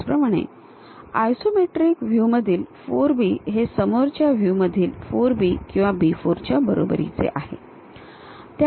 त्याचप्रमाणे आयसोमेट्रिक व्ह्यूमधील 4 B हे समोरच्या व्ह्यूमधील 4 B किंवा B 4 च्या बरोबरीचे आहे